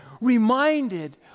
reminded